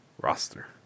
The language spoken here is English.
roster